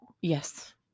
Yes